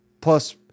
plus –